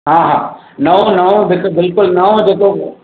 हा हा नओ नओ हिकु बिल्कुलु नओ जेको